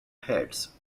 heads